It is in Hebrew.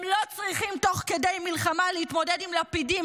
הם לא צריכים תוך כדי מלחמה להתמודד עם לפידים